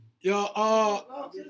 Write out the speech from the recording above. Yo